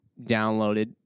downloaded